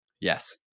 Yes